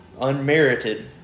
unmerited